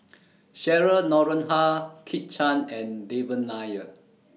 Cheryl Noronha Kit Chan and Devan Nair